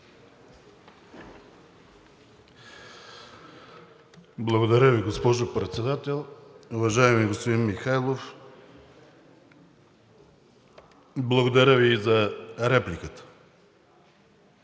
Благодаря Ви, госпожо Председател. Уважаеми господин Михайлов, благодаря Ви и за репликата.